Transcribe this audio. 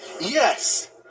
Yes